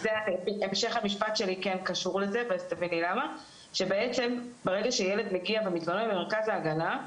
המשך המשפט שלי קשור לזה והוא האם ברגע שהילד מגיע ומתלונן במרכז ההגנה,